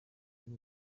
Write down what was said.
buri